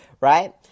right